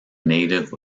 native